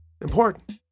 important